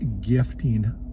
gifting